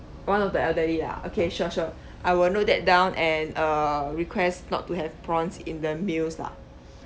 one of the elderly lah okay sure sure I will note that down and uh request not to have prawns in the meals lah